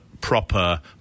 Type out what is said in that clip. proper